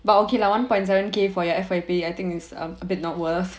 but okay lah one point seven K for your F_Y_P I think is a bit not worth